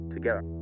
Together